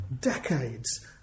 decades